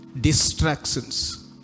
distractions